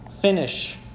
Finish